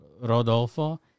Rodolfo